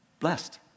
Blessed